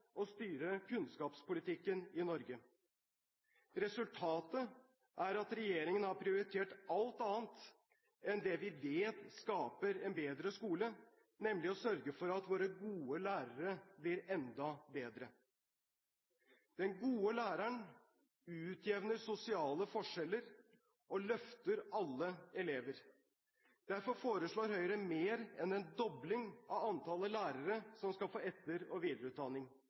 å styre kunnskapspolitikken i Norge. Resultatet er at regjeringen har prioritert alt annet enn det vi vet skaper en bedre skole – nemlig å sørge for at våre gode lærere blir enda bedre. Den gode læreren utjevner sosiale forskjeller og løfter alle elever. Derfor foreslår Høyre mer enn en dobling av antall lærere som skal få etter- og videreutdanning.